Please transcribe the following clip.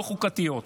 לא חוקתיות.